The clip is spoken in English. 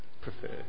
prefer